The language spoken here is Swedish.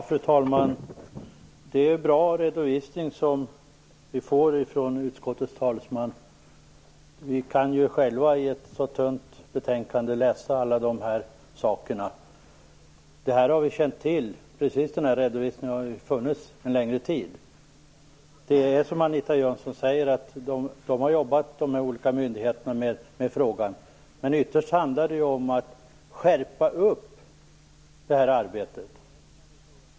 Fru talman! Det är en bra redovisning vi får från utskottets talesman. Vi kan ju själva i det tunna betänkandet läsa om alla dessa saker. Det här har vi känt till. Precis den här redovisningen har funnits en längre tid. De olika myndigheterna har, som Anita Jönsson säger, jobbat med frågan. Men ytterst handlar det ju om att skärpa upp arbetet.